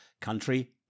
country